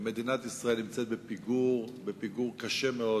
מדינת ישראל בפיגור קשה מאוד